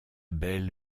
belle